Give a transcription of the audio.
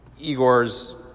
Igor's